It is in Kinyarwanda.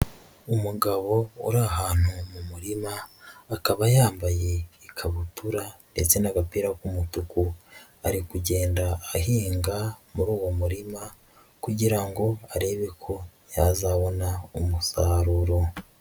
Umugabo uri ahantu mu murima, akaba yambaye ikabutura ndetse n'agapira k'umutuku, ari kugenda ahinga muri uwo murima kugira ngo arebe ko yazabona umusaruro.